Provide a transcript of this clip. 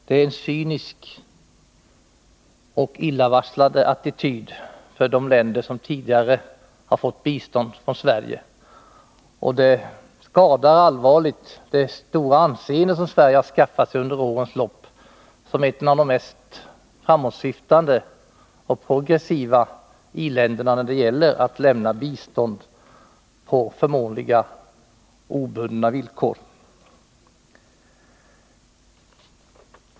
Det är en cynisk och illavarslande attityd gentemot de länder som tidigare fått bistånd från Sverige. Det skadar allvarligt det goda anseende som Sverige skaffat sig under årens lopp som ett av de mest framåtsyftande och progressiva i-länderna när det gällt att lämna bistånd på förmånliga obundna villkor.